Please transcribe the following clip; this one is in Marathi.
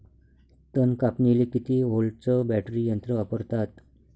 तन कापनीले किती व्होल्टचं बॅटरी यंत्र वापरतात?